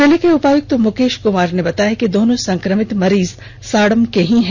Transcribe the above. जिले के उपायुक्त मुकेष कुमार ने बताया दोनों संक्रमित मरीज साड़म के ही हैं